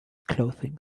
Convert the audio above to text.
clothing